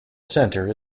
centre